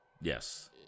Yes